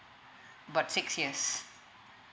about six years